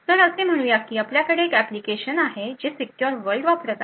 तर असे म्हणू या की आपल्याकडे एक एप्लिकेशन आहे जे सीक्युर वर्ल्ड वापरत आहे